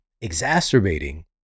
exacerbating